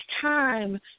time